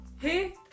Hey